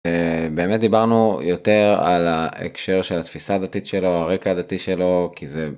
באמת דיברנו יותר על ההקשר של התפיסה הדתית שלו הרקע הדתי שלו כי זה.